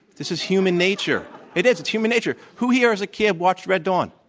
this is human nature. it is, it's human nature. who here as a kid watched red dawn?